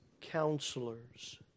counselors